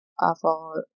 uh for